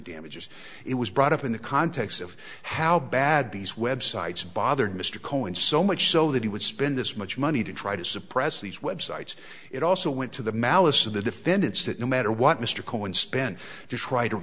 damages it was brought up in the context of how bad these websites bothered mr cohen so much so that he would spend this much money to try to suppress these websites it also went to the malice of the defendants that no matter what mr cohen spent to try to